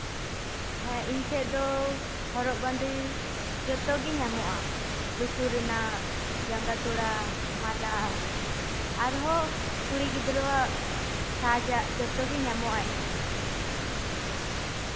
ᱦᱮᱸ ᱤᱧ ᱴᱷᱮᱱ ᱫᱚ ᱦᱚᱨᱚᱜ ᱵᱟᱸᱫᱮ ᱡᱚᱛᱚᱜᱮ ᱧᱟᱢᱚᱜᱼᱟ ᱞᱩᱛᱩᱨ ᱨᱮᱱᱟᱜ ᱡᱟᱸᱜᱟ ᱛᱚᱲᱟ ᱢᱟᱞᱟ ᱟᱨᱦᱚᱸ ᱠᱩᱲᱤ ᱜᱤᱫᱽᱨᱟᱹᱣᱟᱜ ᱥᱟᱡᱽ ᱟᱜ ᱡᱚᱛᱚᱜᱮ ᱧᱟᱢᱚᱜᱼᱟ ᱤᱧ ᱴᱷᱮᱱ